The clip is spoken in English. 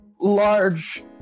large